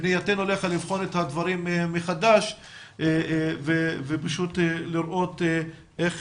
פנייתנו אליך לבחון את הדברים מחדש ופשוט לראות איך